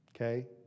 Okay